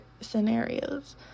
scenarios